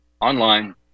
online